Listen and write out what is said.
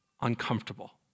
uncomfortable